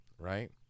right